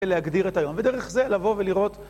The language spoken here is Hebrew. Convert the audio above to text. להגדיר את היום, ודרך זה לבוא ולראות